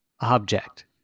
object